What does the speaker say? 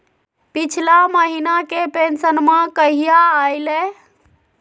पिछला महीना के पेंसनमा कहिया आइले?